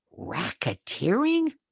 racketeering